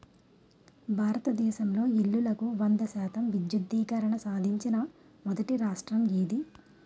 భారతదేశంలో ఇల్లులకు వంద శాతం విద్యుద్దీకరణ సాధించిన మొదటి రాష్ట్రం ఏది?